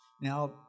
Now